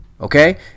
Okay